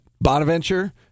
Bonaventure